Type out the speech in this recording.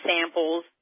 samples